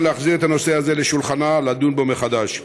להחזיר את הנושא לשולחנה לדון בו מחדש.